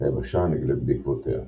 היבשה הנגלית בעקבותיה.